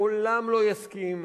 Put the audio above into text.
לעולם לא יסכים,